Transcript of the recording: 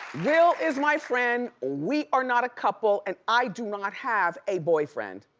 will is my friend, we are not a couple and i do not have a boyfriend.